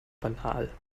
banal